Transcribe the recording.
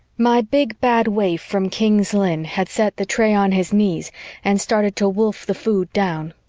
my big bad waif from king's lynn had set the tray on his knees and started to wolf the food down.